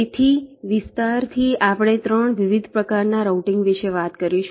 તેથી વિસ્તાર થી આપણે 3 વિવિધ પ્રકારના રાઉટીંગ વિશે વાત કરીશું